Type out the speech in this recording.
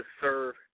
serve